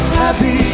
happy